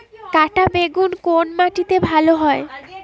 কাঁটা বেগুন কোন মাটিতে ভালো হয়?